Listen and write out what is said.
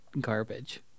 garbage